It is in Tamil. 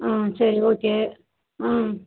ம் சரி ஓகே ம்